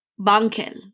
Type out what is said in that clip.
Bankel